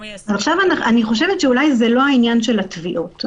אני חושבת שזה לא העניין של התביעות.